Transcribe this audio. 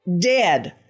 dead